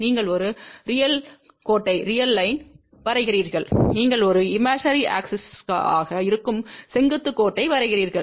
நீங்கள் ஒரு ரியல் கோட்டை வரைகிறீர்கள் நீங்கள் ஒரு இமேஜினரி ஆக்ஸிஸாக இருக்கும் செங்குத்து கோட்டை வரைகிறீர்கள்